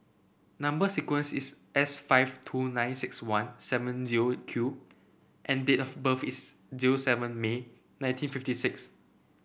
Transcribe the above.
number sequence is S five two nine six one seven zero Q and date of birth is zero seven May nineteen fifty six